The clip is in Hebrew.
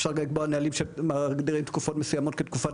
אפשר לקבוע נהלים שמגדירים תקופות מסוימות כתקופת